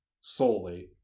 solely